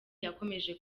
yakomeje